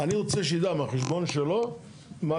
אני רוצה שהוא יידע בחשבון שלו מה